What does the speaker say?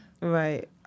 Right